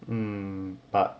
um but